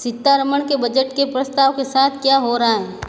सीतारमण के बजट के प्रस्ताव के साथ क्या हो रहा है